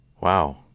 Wow